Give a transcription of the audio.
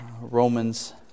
Romans